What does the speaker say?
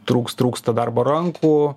trūks trūksta darbo rankų